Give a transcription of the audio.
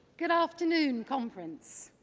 good afternoon, conference.